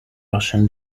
russian